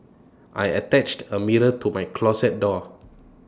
I attached A mirror to my closet door